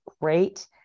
great